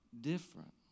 different